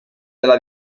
della